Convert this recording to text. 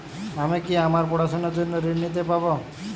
আমি কি আমার পড়াশোনার জন্য ঋণ পাব?